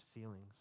feelings